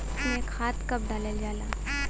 धान में खाद कब डालल जाला?